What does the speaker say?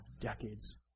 decades